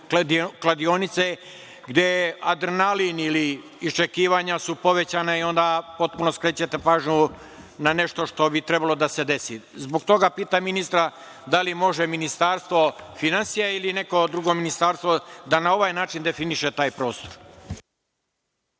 kladionice gde adrenalin ili iščekivanja su povećana i onda potpuno skrećete pažnju na nešto što bi trebalo da se desi. Zbog toga pitam ministra da li može Ministarstvo finansija ili neko drugo ministarstvo da na ovaj način definiše taj prostor.